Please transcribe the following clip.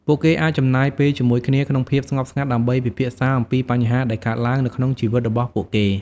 ពួកគេអាចចំណាយពេលជាមួយគ្នាក្នុងភាពស្ងប់ស្ងាត់ដើម្បីពិភាក្សាអំពីបញ្ហាដែលកើតឡើងនៅក្នុងជីវិតរបស់ពួកគេ។